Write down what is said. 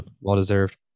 Well-deserved